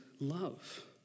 love